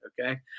okay